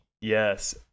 yes